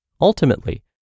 ultimately